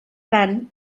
tant